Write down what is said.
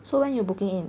so when you booking in